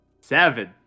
Seven